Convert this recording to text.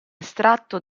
estratto